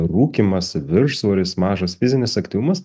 rūkymas viršsvoris mažas fizinis aktyvumas